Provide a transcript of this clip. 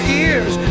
ears